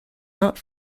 not